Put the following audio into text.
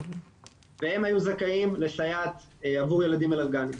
והם היו זכאים לסייעת עבור ילדים אלרגיים,